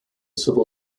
civil